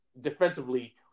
defensively